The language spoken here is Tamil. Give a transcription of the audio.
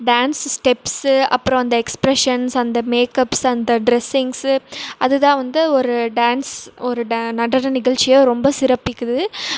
டேன்ஸு ஸ்டெப்ஸு அப்பறம் அந்த எக்ஸ்ப்ரெஷன்ஸ் அந்த மேக்கப்ஸு அந்த ட்ரெஸ்ஸிங்ஸு அது தான் வந்து ஒரு டேன்ஸு ஒரு டே நடன நிகழ்ச்சியை ரொம்ப சிறப்பிக்குது